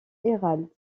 herald